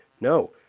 no